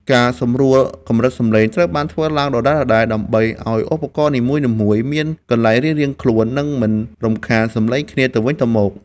ការសម្រួលកម្រិតសំឡេង ត្រូវបានធ្វើឡើងដដែលៗ ដើម្បីឱ្យឧបករណ៍នីមួយៗមានកន្លែងរៀងៗខ្លួន និងមិនរំខានសំឡេងគ្នាទៅវិញទៅមក។